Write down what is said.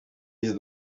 izi